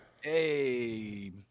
Hey